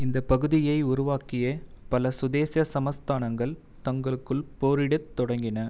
இந்தப் பகுதியை உருவாக்கிய பல சுதேச சமஸ்தானங்கள் தங்களுக்குள் போரிடத் தொடங்கின